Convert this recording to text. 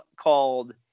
called